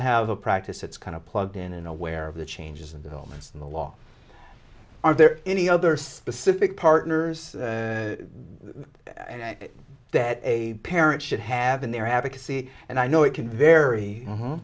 to have a practice it's kind of plugged in and aware of the changes and developments in the law are there any other specific partners that a parent should have in their advocacy and i know it can vary